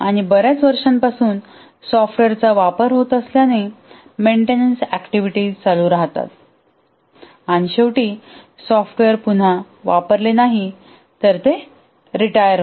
आणि बर्याच वर्षांपासून सॉफ्टवेअरचा वापर होत असल्याने मेन्टेनन्स ऍक्टिव्हिटीज चालू राहतात आणि शेवटी सॉफ्टवेअर पुन्हा वापरले नाही तर ते रिटायर होते